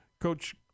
Coach